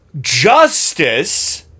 justice